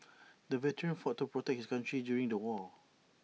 the veteran fought to protect his country during the war